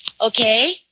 Okay